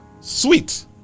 Sweet